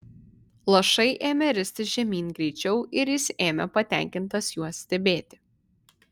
lašai ėmė ristis žemyn greičiau ir jis ėmė patenkintas juos stebėti